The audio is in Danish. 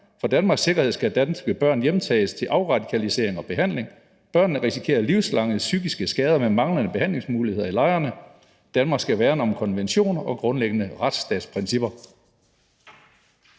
For Danmarks sikkerhed skal danske børn hjemtages til afradikalisering og behandling. Børnene risikerer livslange psykiske skader med manglende behandlingsmuligheder i lejrene. Danmark skal værne om konventioner og grundlæggende retsstatsprincipper.«